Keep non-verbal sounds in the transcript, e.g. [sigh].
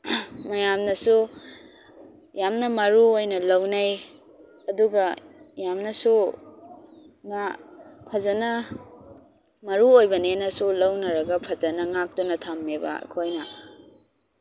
ꯃꯌꯥꯝꯅꯁꯨ ꯌꯥꯝꯅ ꯃꯔꯨ ꯑꯣꯏꯅ ꯂꯧꯅꯩ ꯑꯗꯨꯒ ꯌꯥꯝꯅꯁꯨ [unintelligible] ꯐꯖꯅ ꯃꯔꯨ ꯑꯣꯏꯕꯅꯦꯅꯁꯨ ꯂꯧꯅꯔꯒ ꯐꯖꯅ ꯉꯥꯛꯇꯨꯅ ꯊꯝꯃꯦꯕ ꯑꯩꯈꯣꯏꯅ